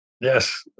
Yes